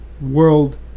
world